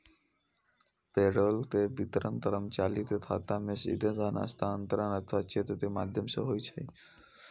payroll के वितरण कर्मचारी के खाता मे सीधे धन हस्तांतरण अथवा चेक के माध्यम सं होइ छै